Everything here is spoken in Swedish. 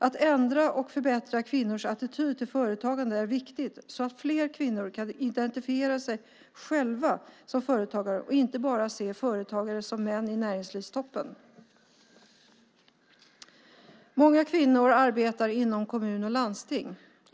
Att ändra och förbättra kvinnors attityd till företagande är viktigt, så att fler kvinnor kan identifiera sig själva som företagare och inte bara se företagare som män i näringslivstoppen. Många kvinnor arbetar inom kommun och landsting.